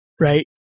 right